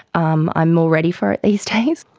um i'm more ready for it these days.